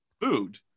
food